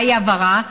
מהי הבערה?